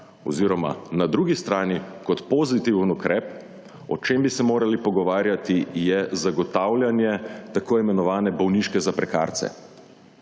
Oziroma na drugi strani, kot pozitiven ukrep, o čem bi se morali pogovarjati je zagotavljanje tako imenovane bolniške zaprekarce.